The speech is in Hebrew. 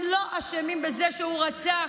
הם לא אשמים בזה שהוא רצח,